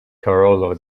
karolo